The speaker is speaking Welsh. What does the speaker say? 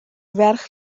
ferch